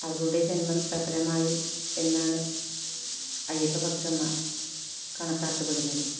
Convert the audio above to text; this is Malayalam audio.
അവരുടെ ജന്മം സഫലമായി എന്നാണ് അയ്യപ്പ ഭക്തന്മാർ കണക്കാക്കപ്പെടുന്നത്